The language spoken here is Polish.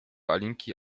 alinki